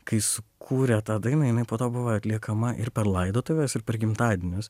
kai sukūrė tą dainą jinai po to buvo atliekama ir per laidotuves ir per gimtadienius